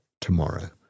tomorrow